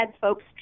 folks